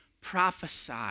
prophesy